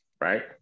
Right